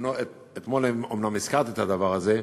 אתמול אומנם הזכרתי את הדבר הזה,